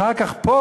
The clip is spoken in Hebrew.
אחר כך פה,